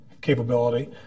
capability